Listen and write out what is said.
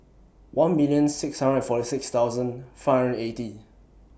one million six hundred forty six thousand five hundred eighty